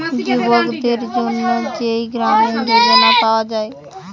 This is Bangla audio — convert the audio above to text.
যুবকদের জন্যে যেই গ্রামীণ যোজনা পায়া যায়